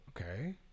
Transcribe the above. Okay